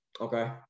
okay